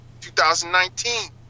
2019